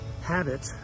habit